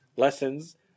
Lessons